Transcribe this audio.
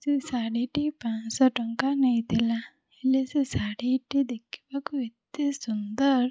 ସେ ଶାଢ଼ୀଟି ପାଞ୍ଚଶହ ଟଙ୍କା ନେଇଥିଲା ହେଲେ ସେ ଶାଢ଼ୀଟି ଦେଖିବାକୁ ଏତେ ସୁନ୍ଦର୍